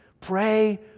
Pray